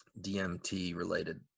DMT-related